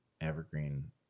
evergreen